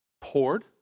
poured